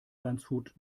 landshut